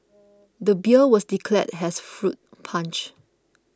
the beer was declared as fruit punch